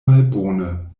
malbone